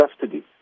custody